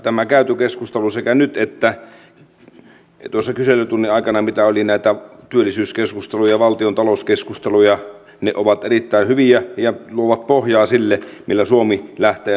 tämä käyty keskustelu sekä nyt että tuossa kyselytunnin aikana mitä oli näitä työllisyyskeskusteluja ja valtiontalouskeskusteluja on erittäin hyvä ja tämä luo pohjaa sille millä suomi lähtee nousuun